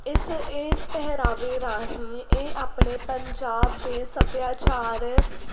ਇਸ ਇਸ ਪਹਿਰਾਵੇ ਰਾਹੀਂ ਇਹ ਆਪਣੇ ਪੰਜਾਬ ਦੇ ਸੱਭਿਆਚਾਰ